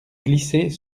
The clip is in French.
glisser